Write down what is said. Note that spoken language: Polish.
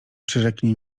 przyrzeknij